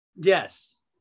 yes